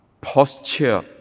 Posture